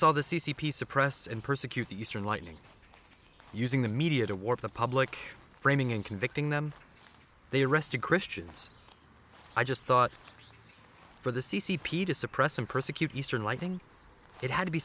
saw the c c p suppress and persecute the eastern lightning using the media to warp the public framing and convicting them they arrested christians i just thought for the c c p to suppress and persecute eastern lighting it had to be